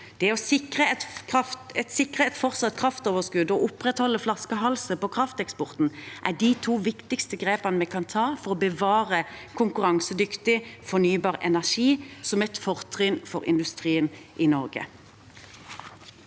Det å sikre et fortsatt kraftoverskudd og opprettholde flaskehalser på krafteksporten er de to viktigste grepene vi kan ta for å bevare konkurransedyktig fornybar energi som et fortrinn for industrien i Norge.